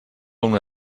una